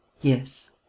Yes